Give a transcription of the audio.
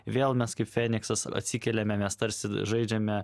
vėl mes kaip feniksas atsikeliame mes tarsi žaidžiame